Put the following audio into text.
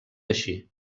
així